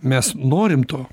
mes norim to